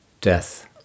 death